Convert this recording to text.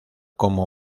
como